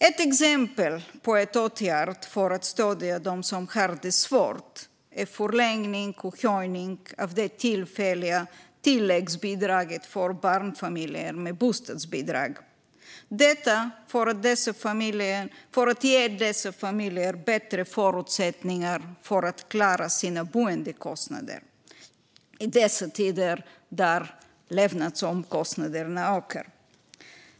Ett exempel på en åtgärd för att stödja dem som har det svårt är en förlängning och höjning av det tillfälliga tilläggsbidraget till barnfamiljer med bostadsbidrag. Detta görs för att ge dessa familjer bättre förutsättningar att klara sina boendekostnader i dessa tider då levnadsomkostnaderna ökar.